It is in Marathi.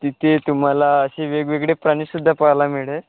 तिथे तुम्हाला असे वेगवेगळे प्राणी सुद्धा पाहायला मिळेल